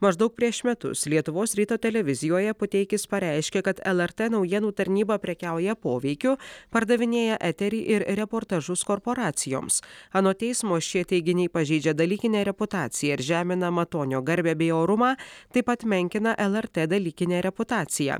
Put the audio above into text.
maždaug prieš metus lietuvos ryto televizijoje puteikis pareiškė kad lrt naujienų tarnyba prekiauja poveikiu pardavinėja eterį ir reportažus korporacijoms anot teismo šie teiginiai pažeidžia dalykinę reputaciją ir žemina matonio garbę bei orumą taip pat menkina lrt dalykinę reputaciją